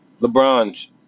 LeBron